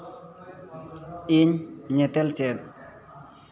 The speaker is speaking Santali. ᱤᱧ ᱧᱮᱛᱮᱞ ᱪᱮᱫ